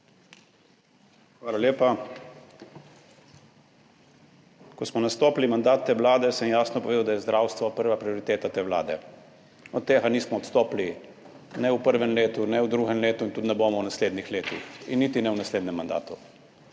Hvala lepa. Ko smo nastopili mandat te vlade, sem jasno povedal, da je zdravstvo prva prioriteta te vlade. Od tega nismo odstopili ne v prvem letu ne v drugem letu in tudi ne bomo v naslednjih letih in niti ne v naslednjem mandatu.